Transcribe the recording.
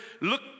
look